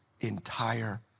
entire